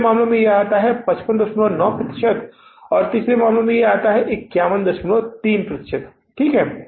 दूसरे मामले में यदि आप 559 प्रतिशत के रूप में काम करते हैं और तीसरे मामले में यह 513 प्रतिशत है ठीक है